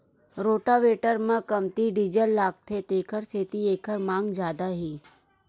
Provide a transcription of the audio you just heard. rotavator म कमती diesel लागथे तेखर सेती एखर मांग जादा हे